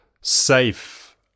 safe